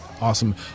awesome